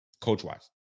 coach-wise